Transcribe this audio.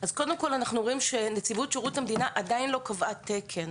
רואים שנציבות שירות המדינה עדיין לא קבעה תקן